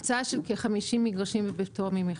הקצאה של כ-50 מגרשים בפטור ממכרז.